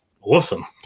awesome